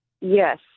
Yes